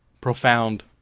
Profound